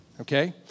okay